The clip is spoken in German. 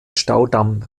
staudamm